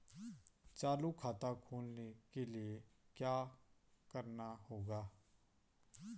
चालू खाता खोलने के लिए क्या करना होगा?